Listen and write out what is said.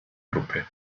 gruppe